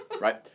right